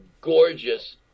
gorgeous